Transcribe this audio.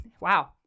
wow